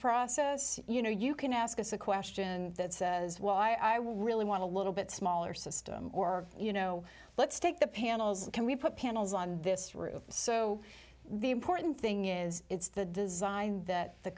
process you know you can ask us a question that says well i would really want a little bit smaller system or you know let's take the panels can we put panels on this roof so the important thing is it's the design that the